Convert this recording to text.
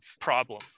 problem